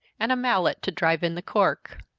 and a mallet to drive in the cork.